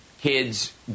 kids